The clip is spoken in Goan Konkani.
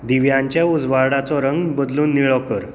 दिव्यांच्या उजवाडाचो रंग बदलून निळो कर